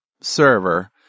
server